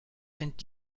sind